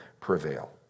prevail